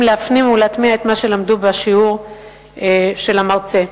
להפנים ולהטמיע את מה שלמדו בשיעור של המרצה.